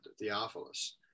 Theophilus